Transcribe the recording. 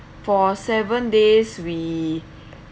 for seven days we